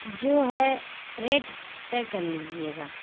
جو ہے ریٹ طے کر لیجیے گا